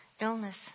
illness